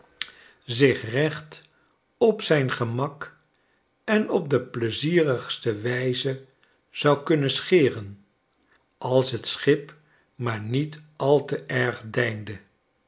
zich recht op zijn gemak en op de pleizierigste wijze zou kunnen scheren als t schip maar niet al te erg deinde